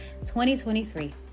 2023